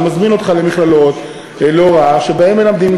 אני מזמין אותך למכללות להוראה שבהן מלמדים.